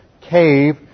cave